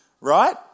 right